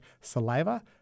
saliva